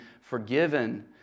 forgiven